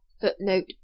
footnote